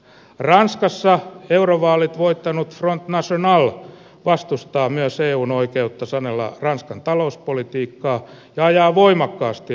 ranskassa euro vaalit voittanut front mansen alla vastustaa myös eun oikeutta salmela ranskan talouspolitiikkaa ja ajaa voimakkaasti